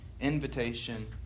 invitation